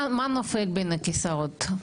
מה נופל בין הכיסאות?